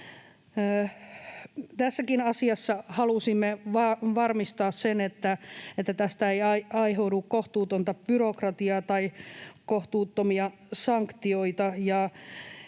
Tässäkin asiassa halusimme varmistaa sen, että tästä ei aiheudu kohtuutonta byrokratiaa tai kohtuuttomia sanktioita